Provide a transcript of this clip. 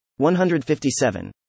157